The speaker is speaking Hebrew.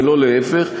ולא להפך.